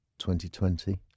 2020